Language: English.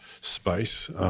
space